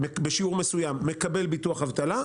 בשיעור מסוים ומקבל ביטוח אבטלה,